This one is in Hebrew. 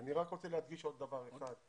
אני רק רוצה להדגיש עוד דבר אחד,